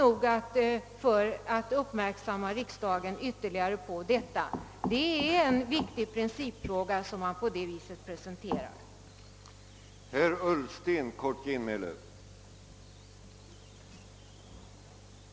För att ytterligare uppmärksamgöra riksdagen på detta tillåter jag mig än en gång understryka att det är en viktig principfråga som moderata samlingspartiet här presenterar och tar ställning till.